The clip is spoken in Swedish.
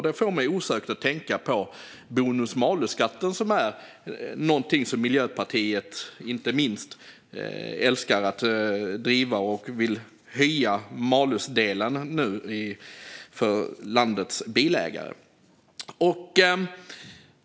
Det får mig osökt att tänka på bonus-malus-systemet, vilket är någonting som inte minst Miljöpartiet älskar att driva. Nu vill man höja malusdelen för landets bilägare.